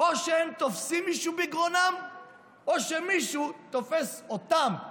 או שהם תופסים מישהו בגרונו או שמישהו תופס אותם בגרונם.